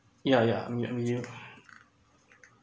yeah yeah